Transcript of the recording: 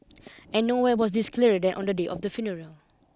and nowhere was this clearer than on the day of the funeral